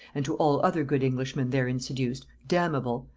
and to all other good englishmen therein seduced, damnable,